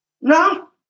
No